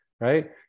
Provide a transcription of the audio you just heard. right